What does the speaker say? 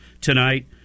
tonight